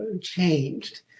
changed